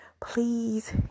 please